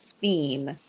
theme